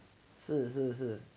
是是是